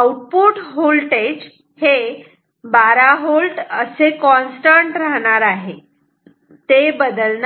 output voltage हे 12V असे constant राहणार आहे ते बदलणार नाही